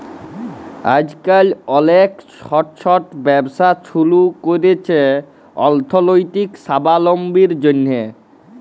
আইজকাল অলেক ছট ছট ব্যবসা ছুরু ক্যরছে অথ্থলৈতিক সাবলম্বীর জ্যনহে